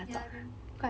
ya then